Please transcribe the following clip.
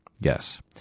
Yes